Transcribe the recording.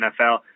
nfl